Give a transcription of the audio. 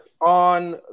On